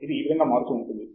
ఇది ఈ విధముగా మారుతూ ఉంటుంది